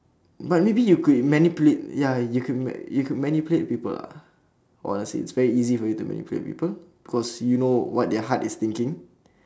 but maybe you could manipulate ya you could ma~ you could manipulate people lah honestly it's very easy for you to manipulate people cause you know what their heart is thinking